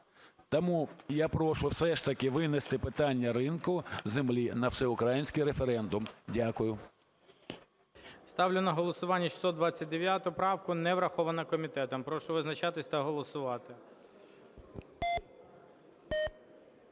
Тому я прошу все ж таки винести питання ринку землі на всеукраїнський референдум. Дякую. ГОЛОВУЮЧИЙ. Ставиться на голосування 629 правку. Не враховано комітетом. Прошу визначатися та голосувати.